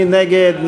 מי נגד?